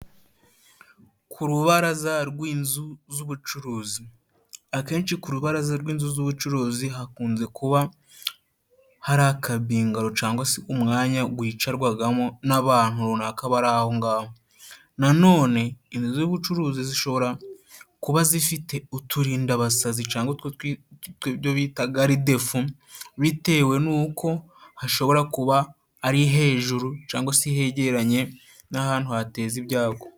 Ku rubaraza rw'inzu z'ubucuruzi : Akenshi ku rubaraza rw'inzu z'ubucuruzi hakunze kuba hari akabingaro cangwa se umwanya wicarwagamo n'abantu runaka bari aho ngaho. Na none inzu z'ubucuruzi zishobora kuba zifite uturindabasazi cangwa ibyo bita garide fu bitewe n'uko hashobora kuba ari hejuru cangwa se hegeranye n'ahantu hateza ibyago.